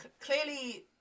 clearly